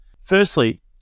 Firstly